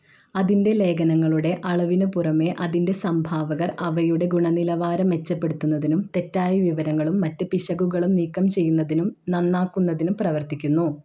അതിൻ്റെ ലേഖനങ്ങളുടെ അളവിന് പുറമേ അതിൻ്റെ സംഭാവകർ അവയുടെ ഗുണനിലവാരം മെച്ചപ്പെടുത്തുന്നതിനും തെറ്റായ വിവരങ്ങളും മറ്റ് പിശകുകളും നീക്കം ചെയ്യുന്നതിനും നന്നാക്കുന്നതിനും പ്രവർത്തിക്കുന്നു